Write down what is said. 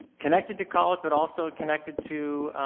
connected to college but also connected to